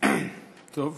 פולקמן,